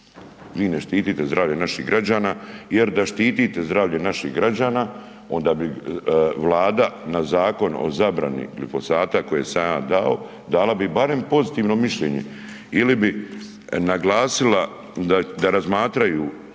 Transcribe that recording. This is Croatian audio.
Vi ne štitite zdravlje naših građana jer da štitite zdravlje naših građana, onda bi Vlada na zakon o zabrani glifosata koje sam ja dao, dala bi barem pozitivno mišljenje ili bi naglasila da razmatraju